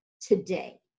today